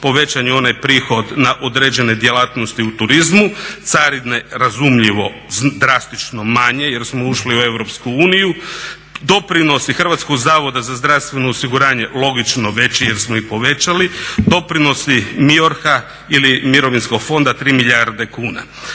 povećan je onaj prihod na određene djelatnosti u turizmu, carine razumljivo drastično manje jer smo ušli u EU, doprinosi Hrvatskog zavoda za zdravstveno osiguranje logično veći jer smo ih povećali, doprinosi MIORH-a ili Mirovinskog fonda 3 milijarde kuna.